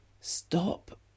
Stop